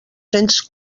cents